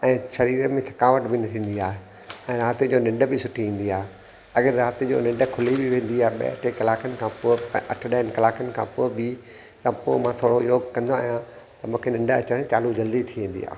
ऐं शरीर में थकावट बि न थींदी आहे ऐं राति जो निंड बि सुठी ईंदी आहे अगरि राति जो निंड खुली बि वेंदी आहे ॿ टे किलाकनि खां पोइ अठ ॾह किलाकनि खां पोइ बि त पोइ थोरो योगु कंदो आहियां त मूंखे निंड अचणु चालू जल्दी थी वेंदी आहे